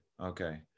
okay